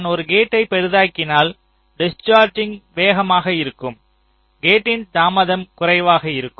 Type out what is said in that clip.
நான் ஒரு கேட்டை பெரிதாக்கினால் டிஸ்சார்ஜிங் வேகமாக இருக்கும் கேட்டின் தாமதம் குறைவாக இருக்கும்